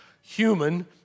human